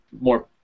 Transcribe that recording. more